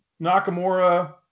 Nakamura